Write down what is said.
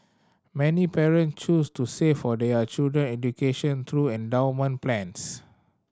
many parent choose to save for their children education through endowment plans